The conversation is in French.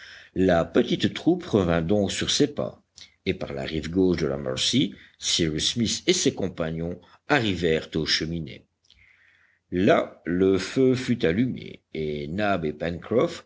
la petite troupe revint donc sur ses pas et par la rive gauche de la mercy cyrus smith et ses compagnons arrivèrent aux cheminées là le feu fut allumé et nab